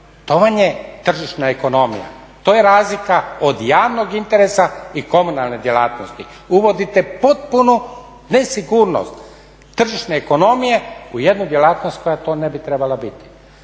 to vam je tržišna ekonomija, to je razlika od javnog interesa i komunalne djelatnosti. Uvodite potpunu nesigurnost tržišne ekonomije u jednu djelatnost koja to ne bi trebala biti.